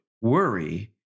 worry